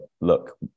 look